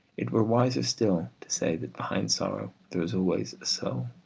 it were wiser still to say that behind sorrow there is always a soul.